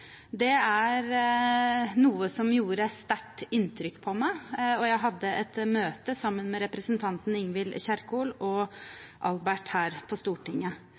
Det var noe som gjorde sterkt inntrykk på meg, og jeg hadde et møte med Albert sammen med representanten Ingvild Kjerkol her på Stortinget.